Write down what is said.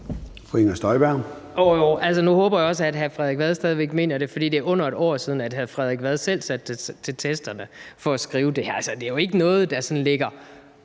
nu håber jeg også, at hr. Frederik Vad stadig væk mener det, for det er under et år siden, hr. Frederik Vad selv satte sig til tasterne for at skrive det her. Altså, det er jo ikke noget, der sådan